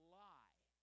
lie